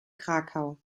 krakau